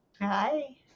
Hi